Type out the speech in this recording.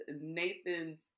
Nathan's